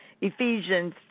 Ephesians